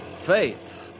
Faith